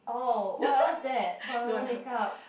oh what what's that permanent makeup